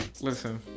Listen